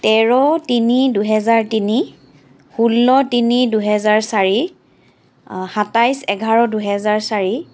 তেৰ তিনি দুহেজাৰ তিনি ষোল্ল তিনি দুহেজাৰ চাৰি সাতাইছ এঘাৰ দুহেজাৰ চাৰি